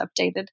updated